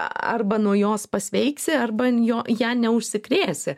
arba nuo jos pasveiksi arba jo ja neužsikrėsi